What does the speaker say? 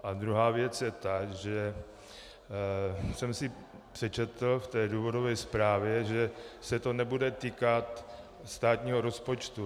A druhá věc je ta, že jsem si přečetl v důvodové zprávě, že se to nebude týkat státního rozpočtu.